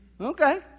Okay